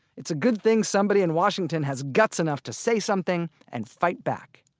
it's a good thing somebody in washington has guts enough to say something, and fight back.